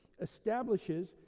establishes